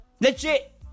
Legit